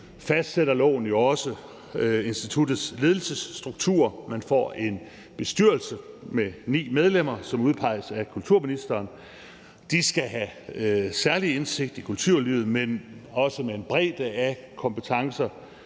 fastsætter loven også instituttets ledelsesstruktur. Man får en bestyrelse med 9 medlemmer, som udpeges af kulturministeren. De skal have særlig indsigt i kulturlivet, men også have en bredde af kompetencer,